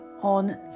on